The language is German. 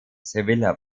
sevilla